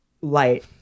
light